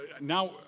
now